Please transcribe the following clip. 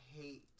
hate